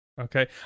Okay